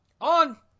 on